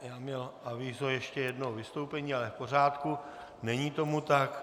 Já měl avízo ještě jednoho vystoupení, ale v pořádku, není tomu tak.